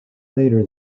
later